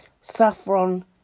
Saffron